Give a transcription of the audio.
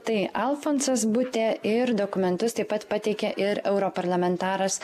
tai alfonsas butė ir dokumentus taip pat pateikė ir europarlamentaras